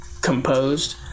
composed